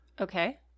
Okay